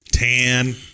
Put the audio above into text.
Tan